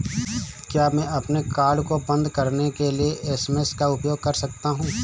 क्या मैं अपने कार्ड को बंद कराने के लिए एस.एम.एस का उपयोग कर सकता हूँ?